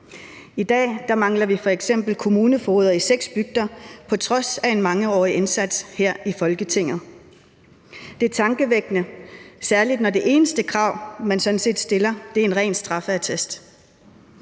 I dag mangler vi f.eks. kommunefogeder i seks bygder på trods af en mangeårig indsats her i Folketinget. Det er tankevækkende, særlig når det eneste krav, man sådan set stiller, er en ren straffeattest.